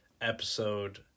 episode